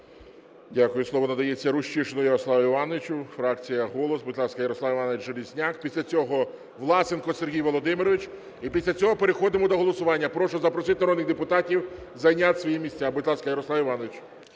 Дякую. Слово надається Рущишину Ярославу Івановичу, фракція "Голос". Будь ласка, Ярослав Іванович Железняк. Після цього Власенко Сергій Володимирович. І після цього переходимо до голосування. Прошу запросити народних депутатів зайняти свої місця. Будь ласка, Ярослав Іванович.